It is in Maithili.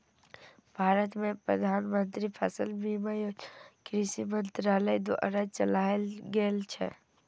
भारत मे प्रधानमंत्री फसल बीमा योजना कृषि मंत्रालय द्वारा चलाएल गेल छै